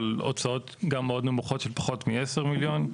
אבל הוצאות מאוד נמוכות של פחות מעשרה מיליון.